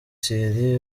thierry